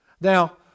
Now